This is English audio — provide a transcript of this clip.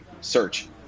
search